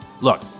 look